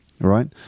right